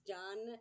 done